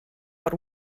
but